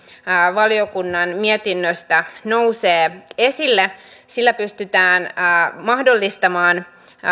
valiokunnan mietinnöstä nousee esille sillä pystytään mahdollistamaan